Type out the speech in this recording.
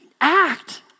act